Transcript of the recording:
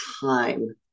time